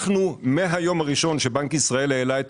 אנחנו מהיום הראשון שבנק ישראל העלה את